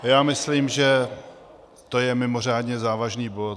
Já myslím, že to je mimořádně závažný bod.